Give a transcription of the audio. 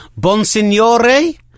bonsignore